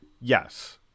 Yes